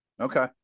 Okay